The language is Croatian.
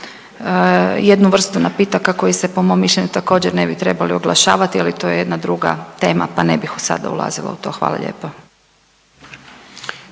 jednu vrstu napitaka koji se po mom mišljenju također ne bi trebali oglašavati, ali to je jedna druga tema pa ne bih sad ulazila u to. Hvala lijepo.